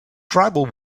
tribal